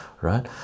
right